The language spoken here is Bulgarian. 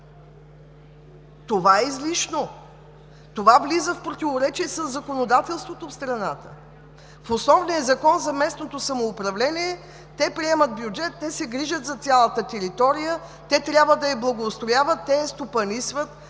това е излишно. Това влиза в противоречие със законодателството в страната. В основния Закон за местното самоуправление те приемат бюджет, те се грижат за цялата територия, те трябва да я благоустрояват, те я стопанисват.